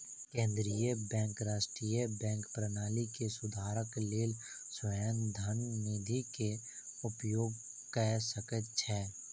केंद्रीय बैंक राष्ट्रीय बैंक प्रणाली के सुधारक लेल स्वायत्त धन निधि के उपयोग कय सकै छै